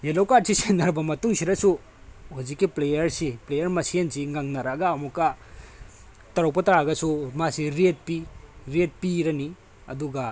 yellow ꯀꯥꯔ꯭ꯗꯁꯦ ꯁꯤꯟꯅꯔꯕ ꯃꯇꯨꯡꯁꯤꯗꯁꯨ ꯍꯧꯖꯤꯛꯀꯤ ꯄ꯭ꯂꯦꯌ꯭ꯔꯁꯤ ꯄ꯭ꯂꯦꯌ꯭ꯔ ꯃꯁꯦꯟꯁꯤ ꯉꯪꯅꯔꯛꯑꯒ ꯑꯃꯨꯛꯀ ꯇꯧꯔꯛꯄ ꯇꯥꯔꯒꯁꯨ ꯃꯥꯁꯤ ꯔꯦꯠ ꯄꯤ ꯔꯦꯠ ꯄꯤꯔꯅꯤ ꯑꯗꯨꯒ